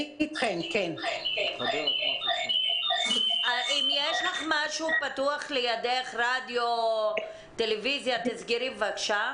אם יש משהו פתוח לידך, כמו רדיו, תסגרי בבקשה.